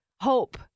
hope